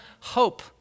hope